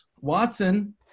Watson